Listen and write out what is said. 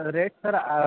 rate sir